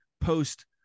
post